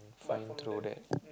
and find through that